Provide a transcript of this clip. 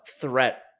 threat